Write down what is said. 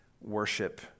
worship